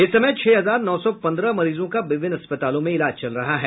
इस समय छह हजार नौ सौ पंद्रह मरीजों का विभिन्न अस्पतालों में इलाज चल रहा है